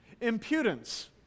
Impudence